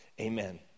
amen